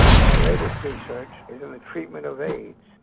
my latest research is in the treatment of aids.